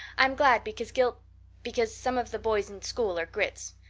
i'm glad because gil because some of the boys in school are grits.